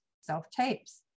self-tapes